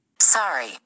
Sorry